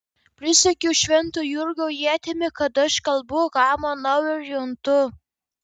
prisiekiu švento jurgio ietimi kad aš kalbu ką manau ir juntu